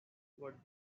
what